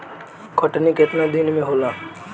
कटनी केतना दिन में होला?